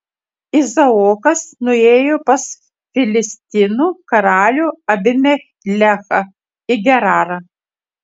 izaokas nuėjo pas filistinų karalių abimelechą į gerarą